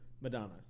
Madonna